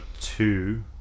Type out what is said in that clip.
two